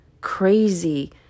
crazy